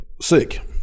Sick